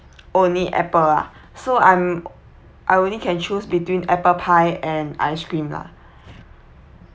only apple ah so I'm I only can choose between apple pie and ice cream lah